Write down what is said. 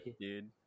dude